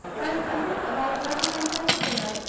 and a book about nothing in particular,